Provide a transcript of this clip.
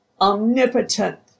omnipotent